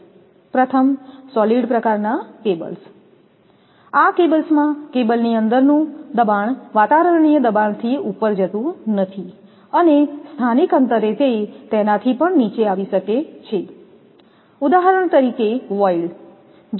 પ્રથમ સોલિડ પ્રકારના કેબલ્સ આ કેબલ્સમાં કેબલની અંદરનું દબાણ વાતાવરણીય દબાણથી ઉપર જતું નથી અને સ્થાનિક સ્તરે તે તેનાથી પણ નીચે આવી શકે છે ઉદાહરણ તરીકે વોઈડ